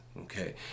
Okay